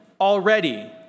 already